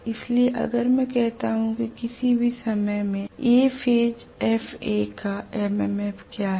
इसलिए अगर मैं कहता हूं कि किसी भी समय में Aफेज का एमएमएफ क्या है